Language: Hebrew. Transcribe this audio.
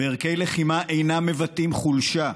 וערכי לחימה אינם מבטאים חולשה.